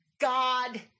god